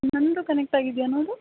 ನನ್ದು connect ಆಗಿದೆಯಾ ನೋಡು